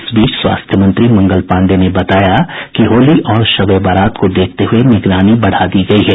इस बीच स्वास्थ्य मंत्री मंगल पांडेय ने बताया कि होली और शब ए बरात को देखते हये निगरानी बढ़ा दी गयी है